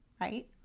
right